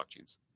blockchains